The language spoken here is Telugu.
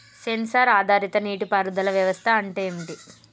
సెన్సార్ ఆధారిత నీటి పారుదల వ్యవస్థ అంటే ఏమిటి?